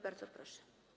Bardzo proszę.